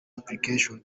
application